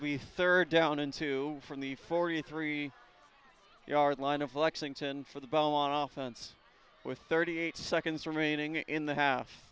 we third down into from the forty three yard line of lexington for the ball on offense with thirty eight seconds remaining in the h